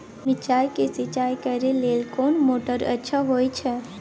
मिर्चाय के सिंचाई करे लेल कोन मोटर अच्छा होय छै?